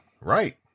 right